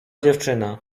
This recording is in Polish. dziewczyna